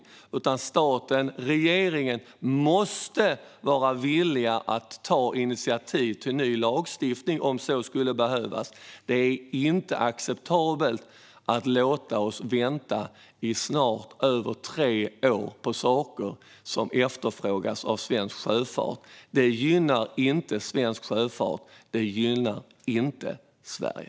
Staten, regeringen, måste vara villig att ta initiativ till ny lagstiftning om så skulle behövas. Det är inte acceptabelt att låta oss vänta i snart över tre år på saker som efterfrågas av svensk sjöfart. Det gynnar inte svensk sjöfart. Det gynnar inte Sverige.